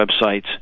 websites